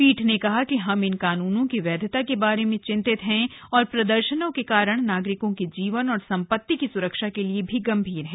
पीठ ने कहा कि हम इन कानूनों की वैधता के बारे में चिंतित हैं तथा प्रदर्शनों के कारण नागरिकों के जीवन और सम्पत्ति की सुरक्षा के लिए भी गंभीर हैं